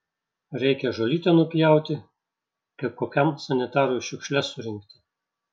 reikia žolytę nupjauti kaip kokiam sanitarui šiukšles surinkti